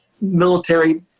military